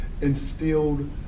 instilled